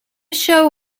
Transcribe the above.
show